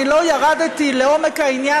אני לא ירדתי לעומק העניין,